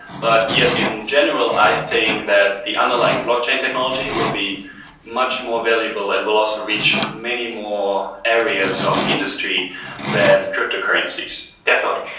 but yes, in general, i think that the underlying blockchain technology will be much more valuable and will also reach many more areas of the industry than cryptocurrencies. definitely.